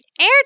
air